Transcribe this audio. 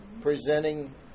presenting